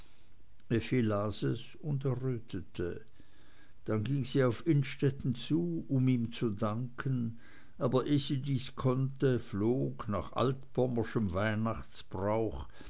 effi las es und errötete dann ging sie auf innstetten zu um ihm zu danken aber eh sie dies konnte flog nach altpommerschem weihnachtsbrauch